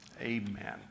Amen